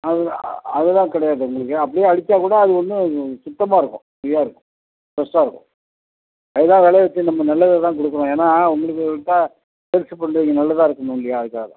அதெலாம் அதெலாம் கிடையாது எங்களுக்கு அப்படியே அடிச்சால் கூட அது ஒன்றும் சுத்தமாக இருக்கும் இதாக இருக்கும் ஃப்ரெஷ்ஷாக இருக்கும் அதெலாம் விளைவிச்சி நம்ம நல்லதை தான் கொடுக்கறோம் ஏன்னா உங்களுக்கு விற்றா நல்லதாக இருக்கணும் இல்லையா அதுக்காக தான்